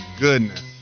goodness